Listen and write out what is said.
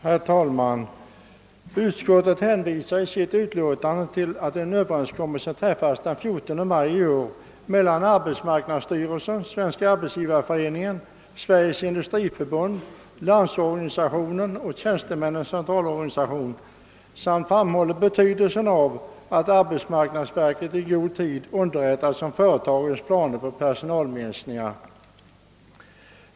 Herr talman! Utskottet hänvisar i sitt utlåtande till att en överenskommelse träffats den 14 maj i år mellan arbetsmarknadsstyrelsen, Svenska arbetsgivareföreningen, Sveriges industriförbund, Landsorganisationen och Tjänstemännens centralorganisation samt fram håller betydelsen av att arbetsmarknadsverket i god tid underrättas om företagens planer på personalinskränkningar.